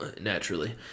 Naturally